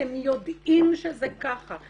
ואתם יודעים שזה ככה.